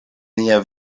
nia